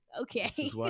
okay